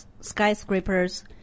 skyscrapers